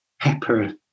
pepper